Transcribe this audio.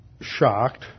shocked